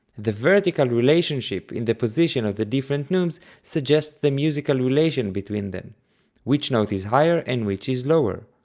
the vertical relationship in the position of the different neumes suggests the musical relation between them which note is higher and which is lower.